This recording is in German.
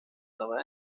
dabei